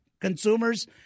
consumers